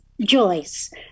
Joyce